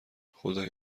خدای